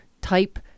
type